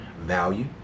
value